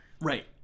Right